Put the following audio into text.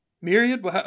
Myriad